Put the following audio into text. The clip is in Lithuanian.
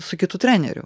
su kitu treneriu